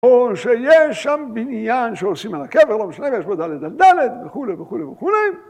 או שיש שם בניין שעושים על הקבר, לא משנה, יש בו דלת על דלת וכולי וכולי וכולי.